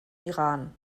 iran